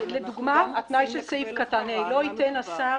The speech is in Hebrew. לדוגמה, התנאי של סעיף קטן (ה): "לא ייתן השר